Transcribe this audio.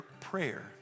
prayer